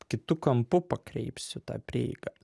kitu kampu pakreipsiu tą prieigą